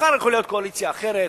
מחר יכולה להיות קואליציה אחרת,